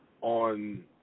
On